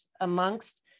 amongst